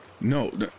No